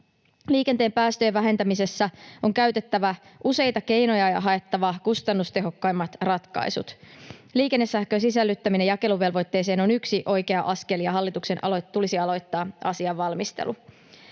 Liikenteen päästöjen vähentämisessä on käytettävä useita keinoja ja haettava kustannustehokkaimmat ratkaisut. Liikennesähkön sisällyttäminen jakeluvelvoitteeseen on yksi oikea askel, ja hallituksen tulisi aloittaa asian valmistelu.